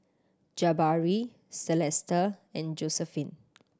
Jabari Celesta and Josiephine